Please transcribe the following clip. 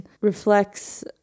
reflects